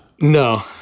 No